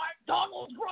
McDonald's